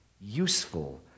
useful